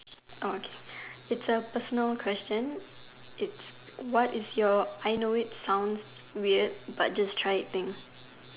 Oh okay it's a personal question it's what is your I know it sounds weird but just try it thing